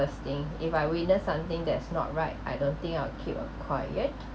worst thing if I witnessed something that's not right I don't think I'll keep quiet